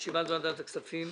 הכספים.